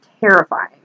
terrifying